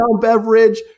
beverage